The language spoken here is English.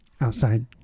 outside